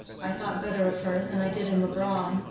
i thought better of her than i did in leubronn.